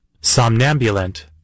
Somnambulant